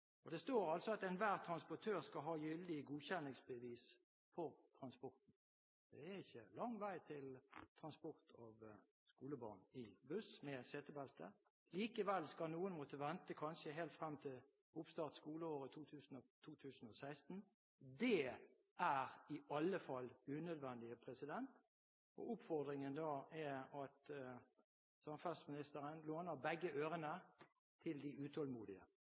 setebelte. Det står at enhver transportør skal ha gyldig godkjenningsbevis for transporten. Det er ikke lang vei til transport av skolebarn i buss, med setebelte. Likevel skal noen måtte vente kanskje helt frem til oppstarten av skoleåret 2015/2016. Det er i alle fall unødvendig, og oppfordringen er at samferdselsministeren låner begge ørene til de utålmodige.